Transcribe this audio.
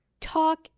talk